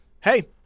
hey